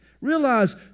Realize